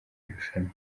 irushanwa